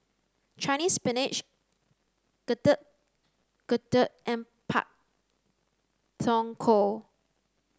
Chinese spinach Getuk Getuk and Pak Thong Ko